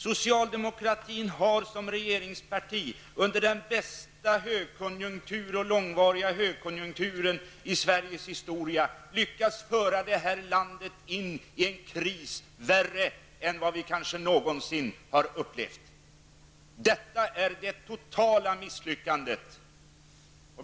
Socialdemokratin har som regeringsparti under den bästa och mest långvariga högkonjunkturen i Sveriges historia lyckats föra det här landet in i en kris, värre än vad vi kanske någonsin har upplevt. Detta är det totala misslyckandet.